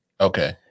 Okay